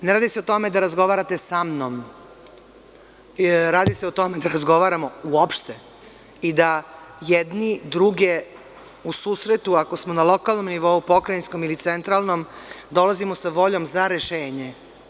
Ne radi se o tome da razgovarate sa mnom, radi se o tome da razgovaramo uopšte i da jedni druge u susretu, ako smo na lokalnom nivou, pokrajinskom ili centralnom, dolazimo sa voljom za rešenje.